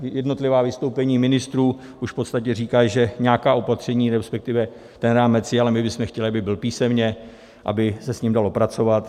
Jednotlivá vystoupení ministrů už v podstatě říkají, že nějaká opatření, respektive ten rámec je, ale my bychom chtěli, aby byl písemně, aby se s ním dalo pracovat.